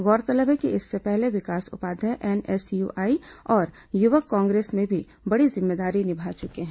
गौरतलब है कि इससे पहले विकास उपाध्याय एनएसयूआई और युवक कांग्रेस में भी बड़ी जिम्मेदारी निभा चुके हैं